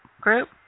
group